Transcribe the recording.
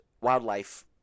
Wildlife